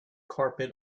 carpet